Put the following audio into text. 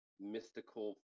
mystical